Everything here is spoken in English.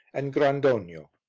and grandonio.